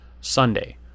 Sunday